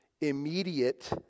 immediate